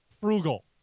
frugal